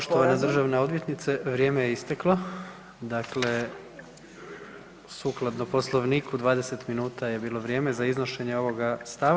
Poštovana državna odvjetnice vrijeme je isteklo, dakle sukladno Poslovniku 20 minuta je bilo vrijeme za iznošenje ovoga stava.